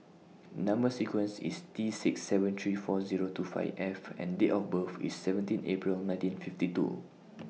Number sequence IS T six seven three four Zero two five F and Date of birth IS seventeen April nineteen fifty two